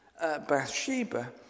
Bathsheba